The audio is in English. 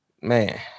man